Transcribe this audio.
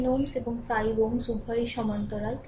10 Ω এবং 5 Ω উভয়ই সমান্তরাল